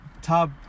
top